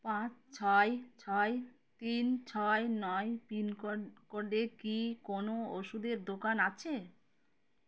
পাঁচ ছয় ছয় তিন ছয় নয় পিনকোড কোডে কি কোনও ওষুধের দোকান আছে